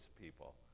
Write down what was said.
people